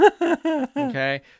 Okay